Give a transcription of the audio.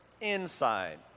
inside